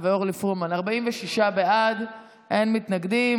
ועם אורלי פרומן זה 46 בעד, אין מתנגדים.